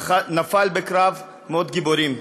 אשר נפל בקרב ומת מות גיבורים.